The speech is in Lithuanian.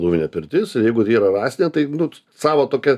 dūminė pirtis jeigu yra rąstinė tai nu savo tokia